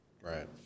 Right